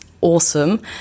awesome